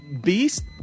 beast